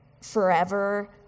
forever